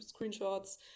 screenshots